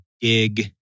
dig